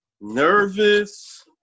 nervous